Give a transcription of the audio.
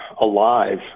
Alive